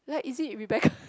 like is it Rebecca